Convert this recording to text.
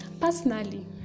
personally